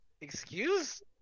Excuse